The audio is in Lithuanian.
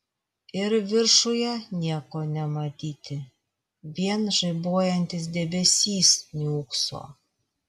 ir viršuje nieko nematyti vien žaibuojantis debesys niūkso